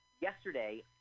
yesterday